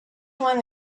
one